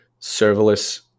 serverless